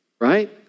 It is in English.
right